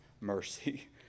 mercy